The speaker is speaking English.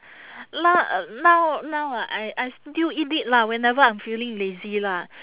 no~ now now ah I I still eat it lah whenever I'm feeling lazy lah